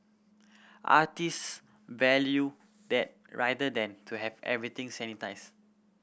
artist value that rather than to have everything sanitised